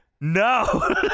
no